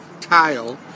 tile